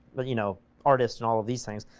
but you know artist and all of these things,